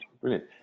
brilliant